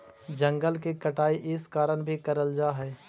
जंगल की कटाई इस कारण भी करल जा हई